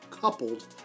coupled